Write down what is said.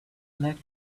like